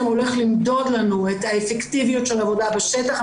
הולך למדוד לנו את האפקטיביות של עבודה בשטח,